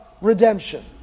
redemption